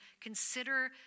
consider